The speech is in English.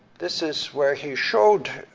this is where he showed.